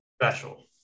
special